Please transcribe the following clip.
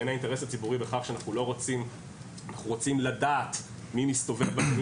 בין האינטרס הציבורי בכך שאנחנו רוצים לדעת מי מסתובב בבתי